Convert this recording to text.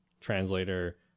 translator